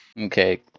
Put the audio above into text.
Okay